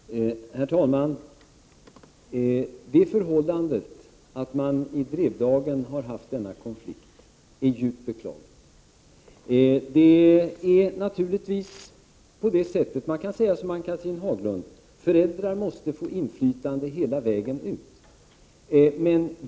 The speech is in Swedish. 10 november 1988 «= Herrtalman! Det förhållandet att man i Drevdagen har haft denna konflikt är djupt beklagligt. Man kan naturligtvis säga som Ann-Cathrine Haglund: Föräldrar måste få inflytande hela vägen ut.